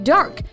Dark